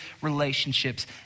relationships